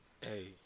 Hey